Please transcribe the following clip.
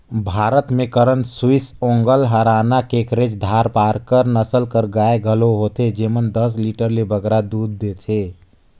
भारत में करन स्विस, ओंगोल, हराना, केकरेज, धारपारकर नसल कर गाय घलो होथे जेमन दस लीटर ले बगरा दूद देथे